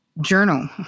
journal